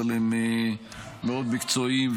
אבל הם מאוד מקצועיים,